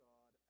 God